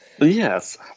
Yes